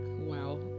wow